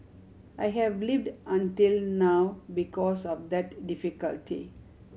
I have lived until now because of that difficulty